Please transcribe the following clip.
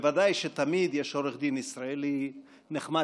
ובוודאי שתמיד יש עורך דין ישראלי נחמד